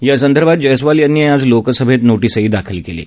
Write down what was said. यासंदर्भात जयस्वाल यांनी आज लोकसभेत नोटीसही दाखल केली आहे